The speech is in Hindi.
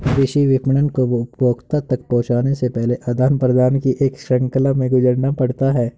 कृषि विपणन को उपभोक्ता तक पहुँचने से पहले आदान प्रदान की एक श्रृंखला से गुजरना पड़ता है